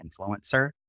influencer